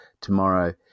tomorrow